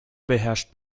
beherrscht